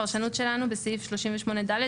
הפרשנות שלנו בסעיף 38(ד),